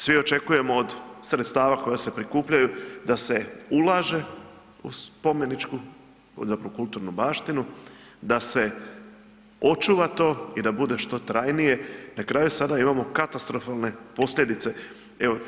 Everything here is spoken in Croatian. Svi očekujemo od sredstava koja se prikupljaju da se ulaže u spomeničku, zapravo kulturnu baštinu, da se očuva to i da bude što trajnije, na kraju sada imamo katastrofalne posljedice, evo.